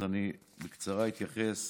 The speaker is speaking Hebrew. אז אני בקצרה אתייחס